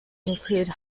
include